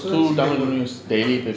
two tamil news daily